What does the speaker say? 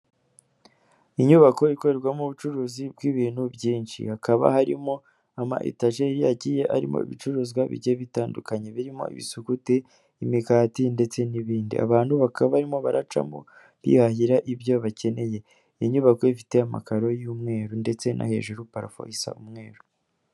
Inyubako ikorerwamo ubucuruzi bw'ibintu byinshi, hakaba harimo ama etajeri agiye arimo ibicuruzwa bijye bitandukanye, birimo ibisuguti, imigati ndetse n'ibindi. Abantu bakaba barimo baracamo bihahira ibyo bakeneye, iyi nyubako ifite amakaro y'umweru, ndetse no hejuru parafo isa umweru